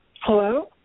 Hello